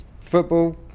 football